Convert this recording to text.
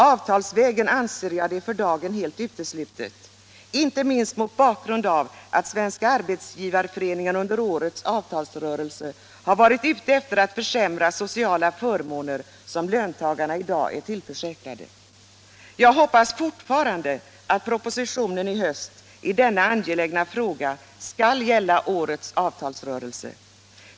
Avtalsvägen anser jag för dagen vara helt utesluten, inte minst mot bakgrund av att Svenska arbetsgivareföreningen under årets avtalsrörelse har varit ute efter att försämra sociala förmåner som löntagarna i lag är tillförsäkrade. Jag hoppas fortfarande att propositionen i höst i denna angelägna fråga skall gälla årets avtalsrörelse.